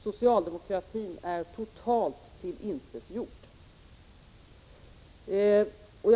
Socialdemokratin är totalt tillintetgjord.